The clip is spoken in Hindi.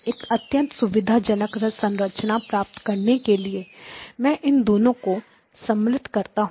एक अत्यंत सुविधाजनक संरचना प्राप्त करने के लिए मैं इन दोनों को सम्मिलित करता हूं